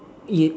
y~